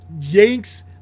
yanks